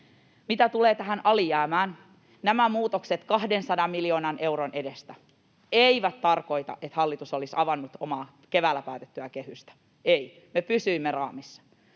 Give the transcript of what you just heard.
Mitä tulee tähän alijäämään, niin nämä muutokset 200 miljoonan euron edestä eivät tarkoita, että hallitus olisi avannut omaa, keväällä päätettyä kehystään. Ei, me pysyimme raamissa.